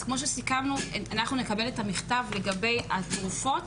אז כמו שסיכמנו אנחנו נקבל את המכתב לגבי התרופות.